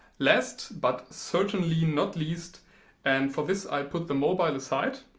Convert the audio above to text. last but certainly not least and for this i put the mobile aside